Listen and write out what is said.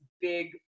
big